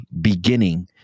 beginning